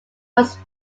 was